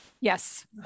Yes